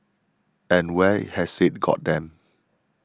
and where has it got them